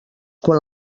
quan